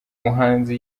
muhanzi